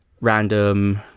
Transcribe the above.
random